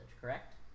correct